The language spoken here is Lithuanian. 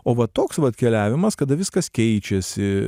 o va toks vat keliavimas kada viskas keičiasi